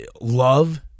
love